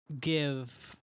give